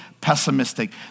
pessimistic